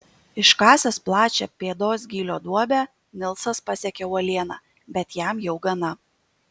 iškasęs plačią pėdos gylio duobę nilsas pasiekia uolieną bet jam jau gana